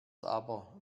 aber